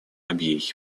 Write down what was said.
абьей